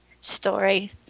story